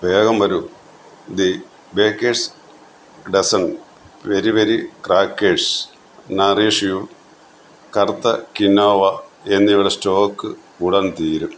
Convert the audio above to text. വേഗം വരൂ the baker's dozen very very crackers nourish you കറുത്ത കിനോവ എന്നിവയുടെ സ്റ്റോക്ക് ഉടൻ തീരും